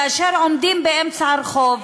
כאשר עומדים באמצע הרחוב,